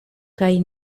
kaj